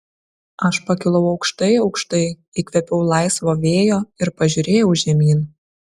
aš pakilau aukštai aukštai įkvėpiau laisvo vėjo ir pažiūrėjau žemyn